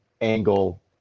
angle